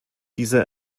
diese